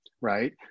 right